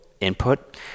input